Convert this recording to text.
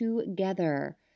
together